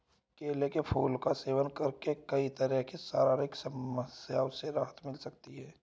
केले के फूल का सेवन करके कई तरह की शारीरिक समस्याओं से राहत मिल सकती है